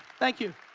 thank you.